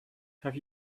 have